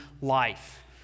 life